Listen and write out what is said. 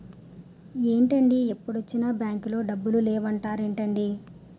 ఏంటండీ ఎప్పుడొచ్చినా బాంకులో డబ్బులు లేవు అంటారేంటీ?